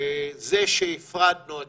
זה שהפרדנו את